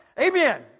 Amen